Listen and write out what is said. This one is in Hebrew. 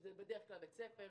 שזה בדרך כלל בית ספר,